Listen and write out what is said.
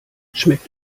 schmeckt